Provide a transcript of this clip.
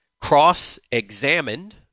Cross-Examined